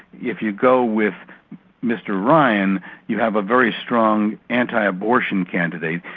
if you go with mr ryan you have a very strong anti-abortion candidate.